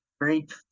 great